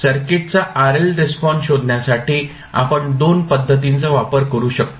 सर्किटचा RL response शोधण्यासाठी आपण 2 पद्धतींचा वापर करू शकतो